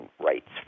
rights